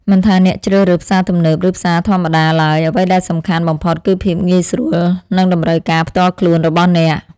មិនថាអ្នកជ្រើសរើសផ្សារទំនើបឬផ្សារធម្មតាឡើយអ្វីដែលសំខាន់បំផុតគឺភាពងាយស្រួលនិងតម្រូវការផ្ទាល់ខ្លួនរបស់អ្នក។